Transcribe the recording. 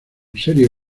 serie